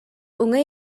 уҥа